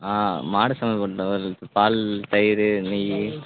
ஆ மாடு சம்பந்தப்பட்டது இருக்குது பால் தயிர் நெய்